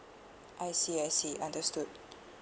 I see I see understood